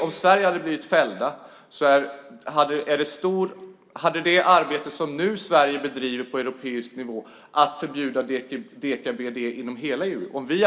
Om Sverige hade blivit fällt hade risken varit stor att det arbete som Sverige nu bedriver på europeisk nivå för att få ett förbud mot deka-BDE i hela EU skulle bli